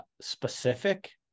specific